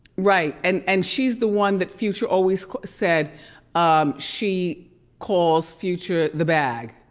right, and and she's the one that future always said um she calls future the bag.